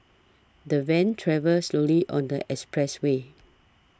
the van travelled slowly on the expressway